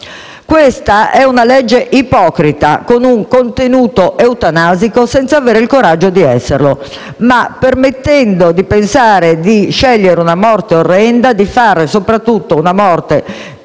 Questa è una legge ipocrita, con un contenuto eutanasico, senza avere il coraggio di esserlo, ma permettendo di pensare di scegliere una morte orrenda, di fame e soprattutto di sette,